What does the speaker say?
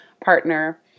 partner